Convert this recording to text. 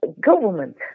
government